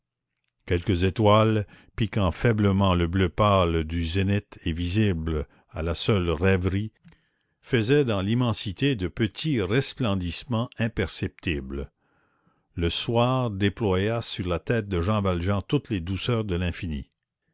quelques étoiles piquant faiblement le bleu pâle du zénith et visibles à la seule rêverie faisaient dans l'immensité de petits resplendissements imperceptibles le soir déployait sur la tête de jean valjean toutes les douceurs de l'infini